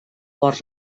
ports